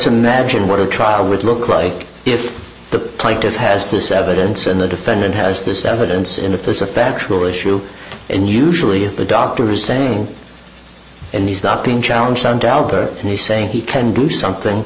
imagine what a trial would look like if the plaintiff has this evidence and the defendant has this evidence and if there's a factual issue and usually if a doctor is saying and the stopping challenge found out there and he's saying he can do something